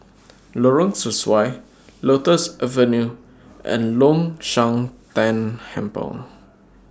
Lorong Sesuai Lotus Avenue and Long Shan Tan Hempel